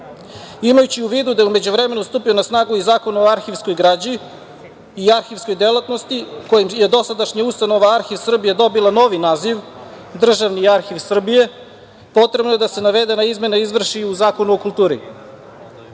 života. Imajući u vidu da je u međuvremenu stupio na snagu i Zakon o arhivskoj građi i arhivskoj delatnosti, kojim je dosadašnja ustanova Arhiv Srbije dobila novi naziv državni arhiv Srbije potrebno je da se navedena izmena izvrši u Zakonu o kulturi. Ustanove